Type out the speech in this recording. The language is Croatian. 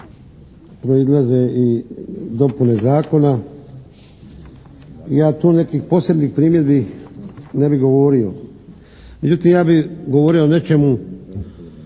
proizlaze i dopune zakone. Ja tu nekih posebnih primjedbi ne bih govorio. Međutim, ja bih govorio o nečemu